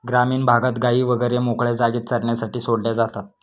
ग्रामीण भागात गायी वगैरे मोकळ्या जागेत चरण्यासाठी सोडल्या जातात